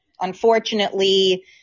unfortunately